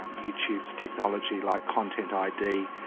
um youtube's technology, like content id,